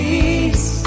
Peace